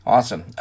Awesome